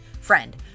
Friend